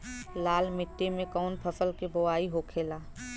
लाल मिट्टी में कौन फसल के बोवाई होखेला?